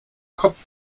kopf